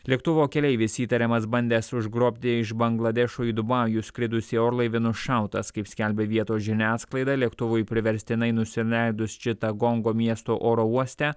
lėktuvo keleivis įtariamas bandęs užgrobti iš bangladešo į dubajų skridusį orlaivį nušautas kaip skelbia vietos žiniasklaida lėktuvui priverstinai nusileidus čita gongo miesto oro uoste